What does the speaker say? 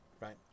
right